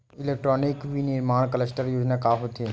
Electronic विनीर्माण cluster योजना का होथे?